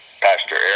Pastor